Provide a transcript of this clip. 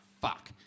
fuck